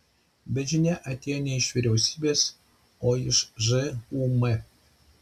bet žinia atėjo ne iš vyriausybės o iš žūm